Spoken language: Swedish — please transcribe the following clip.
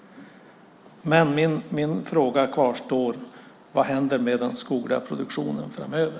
Men min fråga kvarstår: Vad händer med den skogliga produktionen framöver?